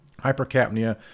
hypercapnia